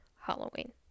Halloween